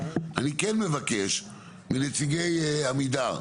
אני כן מבקש מנציגי עמידר,